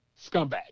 scumbag